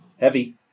Heavy